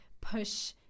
push